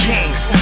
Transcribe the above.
Kings